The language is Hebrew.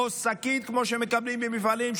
או כמו שמקבלים במפעלים,